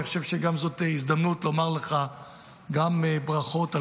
אני חושב שגם זאת הזדמנות לומר לך ברכות על